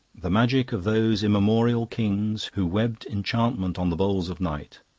the magic of those immemorial kings, who webbed enchantment on the bowls of night.